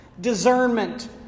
discernment